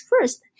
first